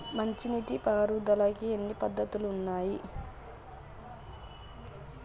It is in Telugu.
మంచి నీటి పారుదలకి ఎన్ని పద్దతులు ఉన్నాయి?